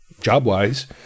job-wise